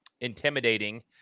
intimidating